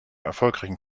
erfolgreichen